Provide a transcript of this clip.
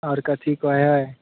आओर कथी कहै हइ